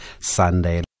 Sunday